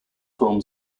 film